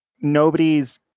nobody's